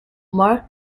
mark